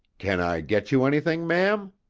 can i get you anything, ma'am?